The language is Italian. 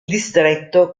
distretto